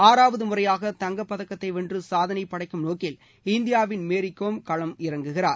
ஆறாவது முறையாக தங்கப் பதக்கத்தை வென்று சாதனை படைக்கும் நோக்கில் இந்தியாவின் மேரிகோம் களம் இறங்குகிறார்